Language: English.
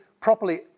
properly